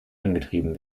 angetrieben